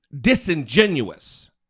disingenuous